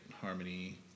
harmony